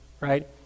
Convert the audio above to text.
right